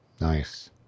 Nice